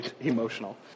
emotional